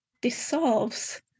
dissolves